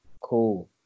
cool